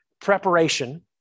preparation